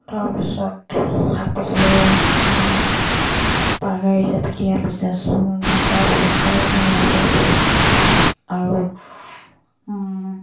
তাৰপিছত শাক পাচলিৰ পাইকাৰী হিচাপে দিয়া বিজনেছ কৰা ব্যৱসায়ৰো মানুহ আছে আৰু